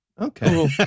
Okay